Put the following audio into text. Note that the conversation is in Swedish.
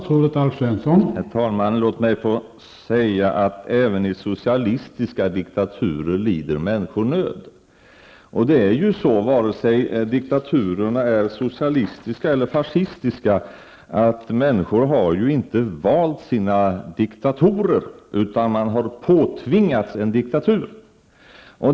Herr talman! Låt mig få säga att människor lider nöd även i socialistiska diktaturer. Vare sig diktaturerna är socialistiska eller fascistiska har människorna inte valt sina diktaturer utan påtvingats dem.